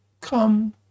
come